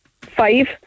Five